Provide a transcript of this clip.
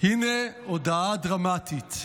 הינה הודעה דרמטית: